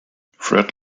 fred